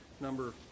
number